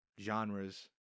genres